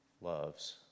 loves